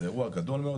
זה אירוע גדול מאוד,